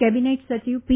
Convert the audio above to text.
cabinet સચિવ પી